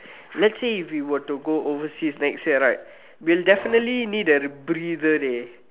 let's say if we were to go overseas next year right we will definitely need a breather leh